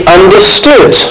understood